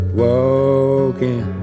walking